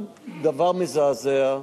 דבר מזעזע.